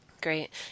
Great